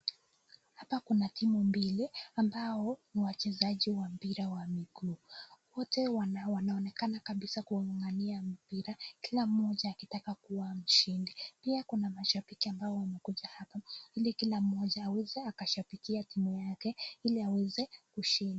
Hapa kuna timu mbili ambao ni wachezaji wa mpira wa mguu, wote wanaonekana kabisa kungangania mpira wore wakitaka kuwa mshindi, pia kuna mashabiki ambao wamekuja hapa ili kila mmoja aweze kushabikia timu yake ili aweze kushinda.